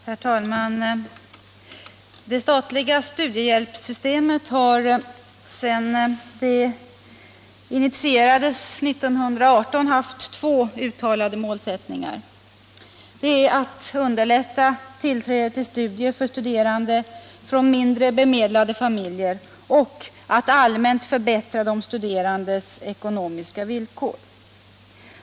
Herr talman! Det statliga studiehjälpssystemet har sedan det initierades 1918 haft två uttalade mål: att underlätta tillträdet till studier för studerande från mindre bemedlade familjer och att allmänt förbättra de studerandes ekonomiska villkor.